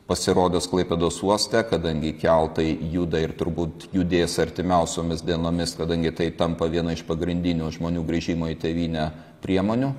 pasirodys klaipėdos uoste kadangi keltai juda ir turbūt judės artimiausiomis dienomis kadangi tai tampa viena iš pagrindinių žmonių grįžimo į tėvynę priemonių